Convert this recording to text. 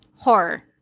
horror